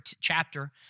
chapter